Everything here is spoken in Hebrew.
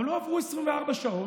לא עברו 24 שעות,